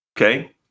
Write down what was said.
Okay